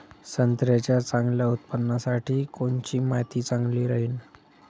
संत्र्याच्या चांगल्या उत्पन्नासाठी कोनची माती चांगली राहिनं?